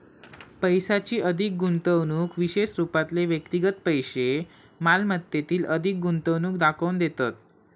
पैशाची अधिक गुंतवणूक विशेष रूपातले व्यक्तिगत पैशै मालमत्तेतील अधिक गुंतवणूक दाखवून देतत